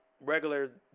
regular